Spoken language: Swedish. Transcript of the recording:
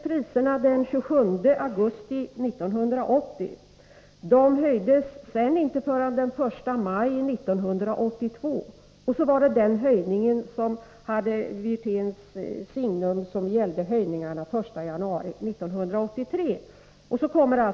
Priserna höjdes den 27 augusti 1980 och sedan inte förrän den 1 maj 1982. Dessutom hade höjningarna den 1 januari 1983 Rolf Wirténs signum.